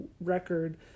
record